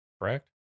correct